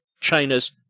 China's